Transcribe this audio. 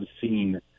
seen